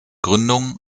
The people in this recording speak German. gründung